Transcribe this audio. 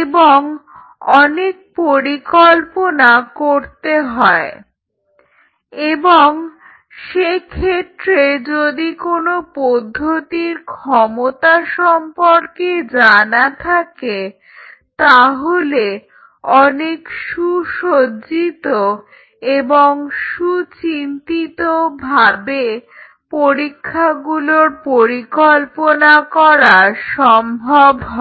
এবং অনেক পরিকল্পনা করতে হয় এবং সে ক্ষেত্রে যদি কোনো পদ্ধতির ক্ষমতা সম্পর্কে জানা থাকে তাহলে অনেক সুসজ্জিত এবং সুচিন্তিতভাবে পরীক্ষাগুলোর পরিকল্পনা করা সম্ভব হয়